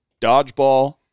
Dodgeball